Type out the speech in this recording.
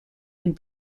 and